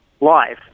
live